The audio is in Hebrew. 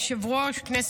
ספר,